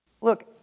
Look